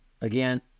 again